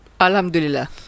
Alhamdulillah